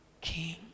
king